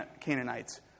Canaanites